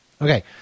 Okay